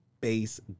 Base